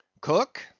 Cook